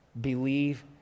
believe